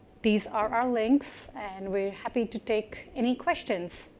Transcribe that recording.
these are are links. and we're happy to take any questions.